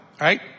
right